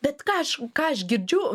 bet ką aš ką aš girdžiu